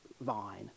vine